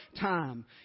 time